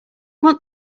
want